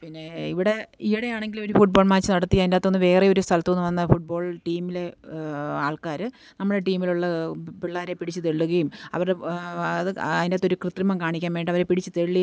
പിന്നേ ഇവിടെ ഈയിടെ ആണെങ്കിൽ ഒരു ഫുട്ബോൾ മാച്ച് നടത്തി അതിൻ്റകത്ത് നിന്ന് വേറെ ഒരു സ്ഥലത്ത് നിന്ന് വന്ന ഫുട്ബോൾ ടീമിലെ ആൾക്കാർ നമ്മുടെ ടീമിലുള്ള പിള്ളേരെ പിടിച്ച് തള്ളുകയും അവരുടെ അത് ആതിൻ്റെ അകത്ത് ഒരു കൃത്രിമം കാണിക്കാൻ വേണ്ടി അവരെ പിടിച്ചു തള്ളി